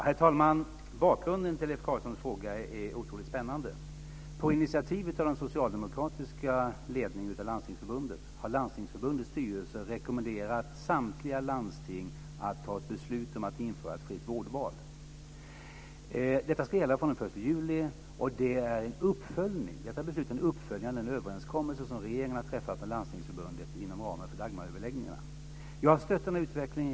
Herr talman! Bakgrunden till Leif Carlsons fråga är otroligt spännande. På initiativ av den socialdemokratiska ledningen i Landstingsförbundet har Landstingsförbundets styrelse rekommenderat samtliga landsting att fatta beslut om att införa ett fritt vårdval. Detta ska gälla från den 1 juli. Beslutet är en uppföljning av den överenskommelse som regeringen har träffat med Landstingsförbundet inom ramen för Jag har stött denna utveckling.